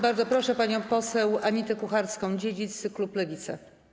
Bardzo proszę panią poseł Anitę Kucharską-Dziedzic, klub Lewica.